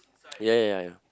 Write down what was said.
ya ya ya ya